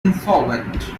insolvent